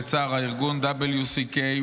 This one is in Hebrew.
בצער הארגון WCK,